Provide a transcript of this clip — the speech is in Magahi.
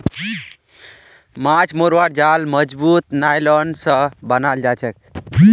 माछ मरवार जाल मजबूत नायलॉन स बनाल जाछेक